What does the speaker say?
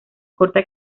corta